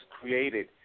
created